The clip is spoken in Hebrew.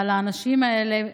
אבל האנשים האלה,